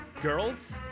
Girls